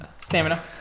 Stamina